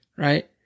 Right